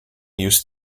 use